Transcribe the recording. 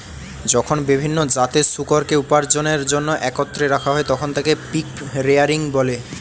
যখন বিভিন্ন জাতের শূকরকে উপার্জনের জন্য একত্রে রাখা হয়, তখন তাকে পিগ রেয়ারিং বলে